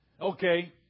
Okay